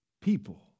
people